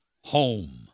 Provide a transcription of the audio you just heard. home